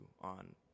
on